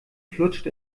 flutscht